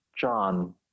John